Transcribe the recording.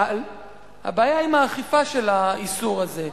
אבל הבעיה היא עם האכיפה של האיסור הזה,